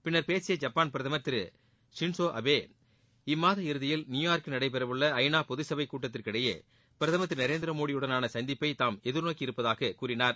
பின்னர் பேசிய ஜப்பான் பிரதமர் திரு ஷின்னோ அபே இம்மாத இறுதியில் நியூயார்க்கில் நடைபெற உள்ள ஐநா பொதுச்சபை கூட்டத்திற்கிடையே பிரதமர் திரு நரேந்திரமோடியுடனான சந்திப்பை தாம் எதிர்நோக்கி இருப்பதாக கூறினார்